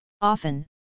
Often